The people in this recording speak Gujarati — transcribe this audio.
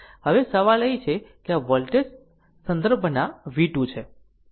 હવે સવાલ એ છે કે આ વોલ્ટેજ સંદર્ભના v 2 છે